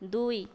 ଦୁଇ